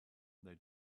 they